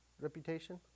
reputation